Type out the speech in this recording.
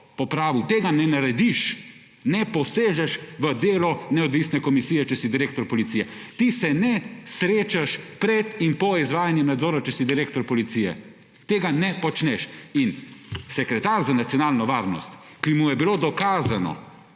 popravil. Tega ne narediš, ne posežeš v delo neodvisne komisije, če si direktor policije. Ti se ne srečaš pred in po izvajanju nadzora, če si direktor policije. Tega ne počneš. In sekretar za nacionalno varnost, ki mu je bilo dokazano,